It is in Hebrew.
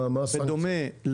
מה הסנקציה?